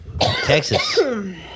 Texas